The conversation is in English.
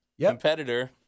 competitor